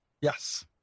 Yes